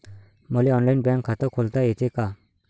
मले online bank खात खोलता येते का?